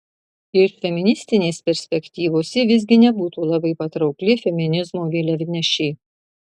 iš feministinės perspektyvos ji visgi nebūtų labai patraukli feminizmo vėliavnešė